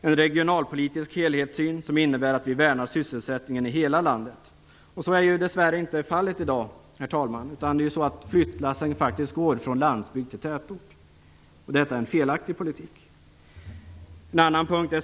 en regionalpolitisk helhetssyn som innebär att vi värnar sysselsättningen i hela landet - så är ju dessvärre inte fallet i dag, herr talman, utan flyttlassen går faktiskt från landsbygd till tätort, vilket är en felaktig politik, ?